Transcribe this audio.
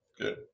Good